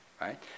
right